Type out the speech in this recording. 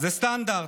זה סטנדרט.